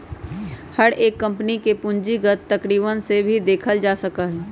हर एक कम्पनी के पूंजीगत तरीकवन से ही देखल जा सका हई